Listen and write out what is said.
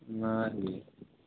ᱚᱱᱟᱜᱮ